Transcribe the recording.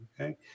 okay